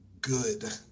good